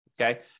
okay